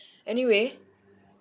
anyway